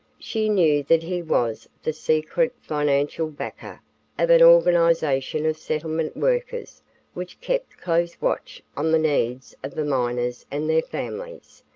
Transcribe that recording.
she knew that he was the secret financial backer of an organization of settlement workers which kept close watch on the needs of the miners and their families,